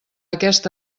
aquest